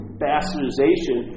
bastardization